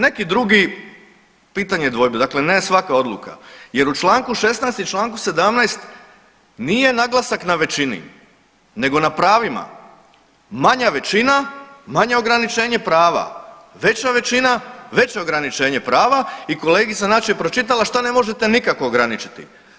Neki drugi, pitanje dvojbe, dakle ne svaka odluka jer u čl. 16. i u čl. 17. nije naglasak na većini nego na pravima, manja većina manje ograničenje prava, veća većina veće ograničenje prava i kolegica Nađ je pročitala šta ne možete nikako ograničiti.